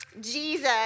Jesus